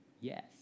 yes